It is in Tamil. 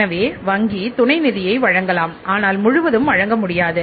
எனவே வங்கி துணை நிதியை வழங்கலாம் அனால் முழுவதும் வழங்க முடியாது